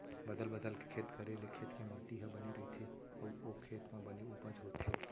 बदल बदल के खेत करे ले खेत के माटी ह बने रइथे अउ ओ खेत म बने उपज होथे